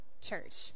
church